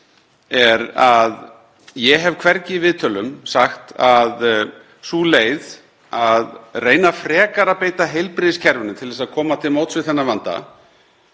er að ég hef hvergi í viðtölum sagt að sú leið að reyna frekar að beita heilbrigðiskerfinu til að koma til móts við þennan vanda